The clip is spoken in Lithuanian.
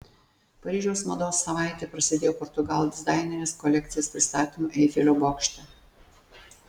paryžiaus mados savaitė prasidėjo portugalų dizainerės kolekcijos pristatymu eifelio bokšte